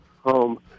home